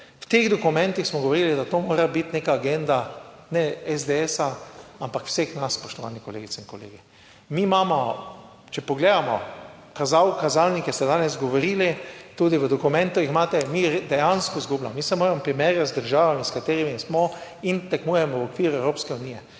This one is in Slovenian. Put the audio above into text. V teh dokumentih smo govorili, da to mora biti neka agenda, ne SDS, ampak vseh nas, spoštovani kolegice in kolegi. Mi imamo, če pogledamo kazal, kazalnike, ste danes govorili, tudi v dokumentu jih imate in mi dejansko izgubljamo. Mi se moramo primerjati z državami s katerimi smo in tekmujemo v okviru Evropske unije,